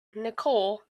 nicole